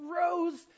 rose